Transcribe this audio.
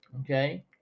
Okay